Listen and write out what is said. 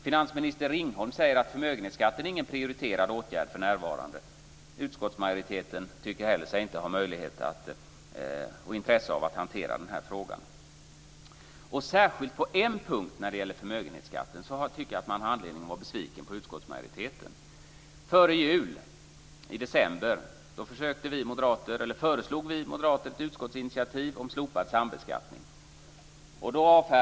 Finansminister Ringholm säger att förmögenhetsskatten inte är någon prioriterad åtgärd för närvarande. Utskottsmajoriteten tycker sig inte heller ha möjlighet och intresse av att hantera frågan. När det gäller förmögenhetsskatten tycker jag att det särskilt är på en punkt som man har anledning att vara besviken på utskottsmajoriteten. I december före jul föreslog vi moderater ett utskottsinitiativ om slopad sambeskattning.